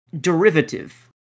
derivative